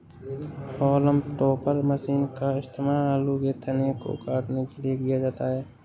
haulm topper machine का इस्तेमाल आलू के तने को काटने के लिए किया जाता है